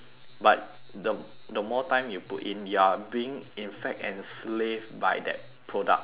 the the more time you put in you're being in fact enslaved by that product of your labour